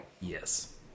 Yes